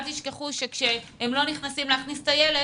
תשכחו שכשהם לא נכנסים להכניס את הילד,